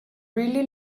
really